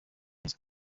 ese